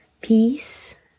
peace